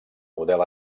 model